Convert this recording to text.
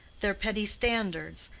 their petty standards,